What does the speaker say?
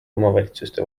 omavalitsuste